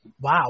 Wow